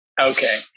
Okay